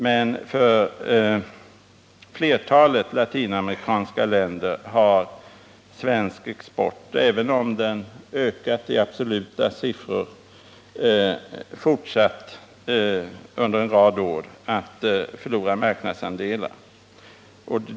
Men i flertalet latinamerikanska länder har svensk export, även om den har ökat i absoluta siffror, under en rad år fortsatt att förlora marknadsandelar.